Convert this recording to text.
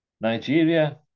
Nigeria